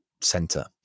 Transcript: center